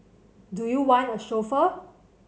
do you want a chauffeur